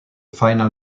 final